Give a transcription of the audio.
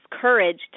courage